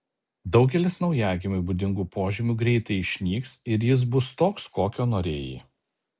daugelis naujagimiui būdingų požymių greitai išnyks ir jis bus toks kokio norėjai